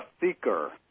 seeker